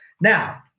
Now